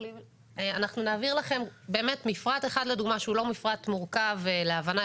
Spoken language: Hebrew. אנחנו נעביר לכם מפרט אחד לדוגמא שהוא לא מפרט מורכב להבנה,